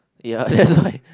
ya that's why